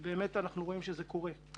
ואנחנו באמת רואים שזה קורה.